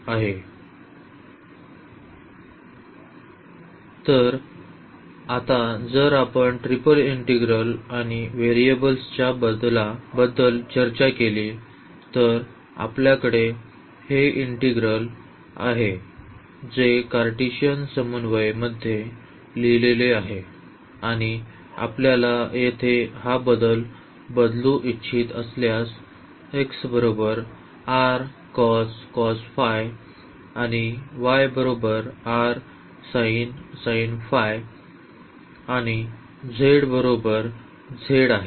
तर आता जर आपण ट्रिपल इंटीग्रल आणि व्हेरिएबल्सच्या बदला बद्दल चर्चा केली तर आपल्याकडे हे इंटीग्रल integral आहे जे कार्टेशियन समन्वय मध्ये लिहिलेले आहे आणि आपल्याला येथे हा बदल बदलू इच्छित असल्यास आणि आणि z बरोबरच z आहे